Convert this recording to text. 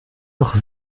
noch